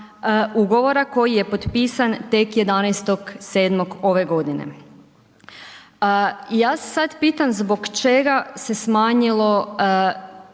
ugovora koji je potpisan tek 11.7. ove godine. Ja se sad pitam zbog čega se smanjilo,